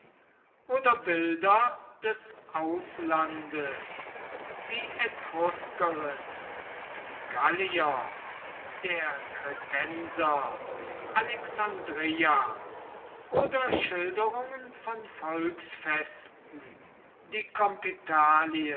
oder bilder des auslandes die etruskerin die gallier der kretenser alexandreia oder schilderungen von volksfesten die